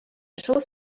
schoß